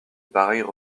pareilles